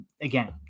again